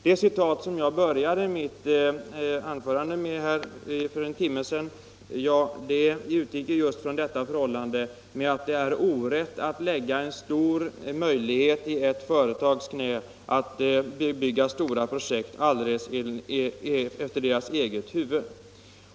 Det citat som jag började mitt anförande med för en timme sedan utgick just från det förhållandet att det är orätt att lägga en stor möjlighet i ett företags knä att bygga stora projekt alldeles efter eget huvud.